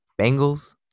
Bengals